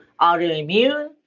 autoimmune